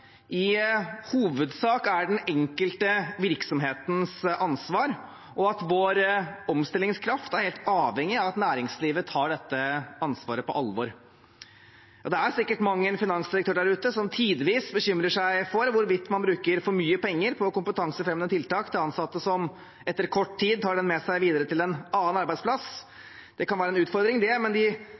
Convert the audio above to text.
i hovedsak er den enkelte virksomhets ansvar, og at vår omstillingskraft er helt avhengig av at næringslivet tar dette ansvaret på alvor. Det er sikkert mang en finansdirektør der ute som tidvis bekymrer seg for hvorvidt man bruker for mye penger på kompetansefremmende tiltak for ansatte som etter kort tid tar det med seg videre til en annen arbeidsplass. Det kan være en utfordring, det, men de